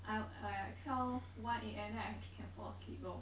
I wi~ like I twelve one A_M then I actually can fall asleep lor